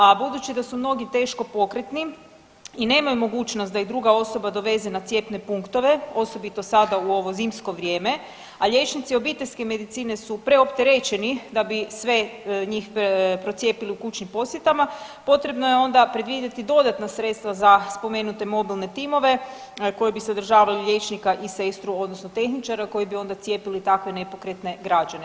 A budući da su mnogi teško pokretni i nemaju mogućnost da ih druga osoba doveze na cjepne punktove osobito sada u ovo zimsko vrijeme, a liječnici obiteljske medicine su preopterećeni da bi sve njih procijepili u kućnim posjetama, potrebno je onda predvidjeti dodatna sredstva za spomenute mobilne timove koji bi sadržavali liječnika i sestru odnosno tehničara koji bi onda cijepili takve nepokretne građane.